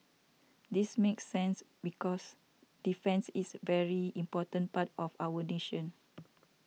this makes sense because defence is a very important part of our nation